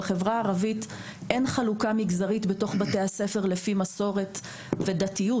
בחברה הערבית אין חלוקה מגזרית בתוך בתי הספר בהתאם למסורת ולדתיות,